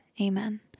Amen